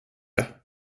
det